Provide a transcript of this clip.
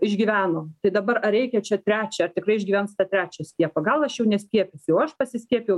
išgyveno tai dabar ar reikia čia trečią ar tikrai išgyvens tą trečią skiepą gal aš jau neskiepysiu o aš pasiskiepijau